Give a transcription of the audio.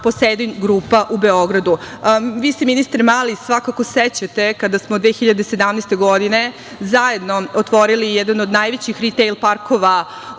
„Posedin grupa“ u Beogradu. Vi ste ministre Mali svakako sećate kada smo 2017. godine zajedno otvorili jedan od najvećih ritejl parkova